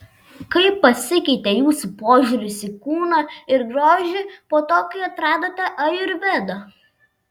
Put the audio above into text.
kaip pasikeitė jūsų požiūris į kūną ir grožį po to kai atradote ajurvedą